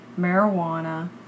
marijuana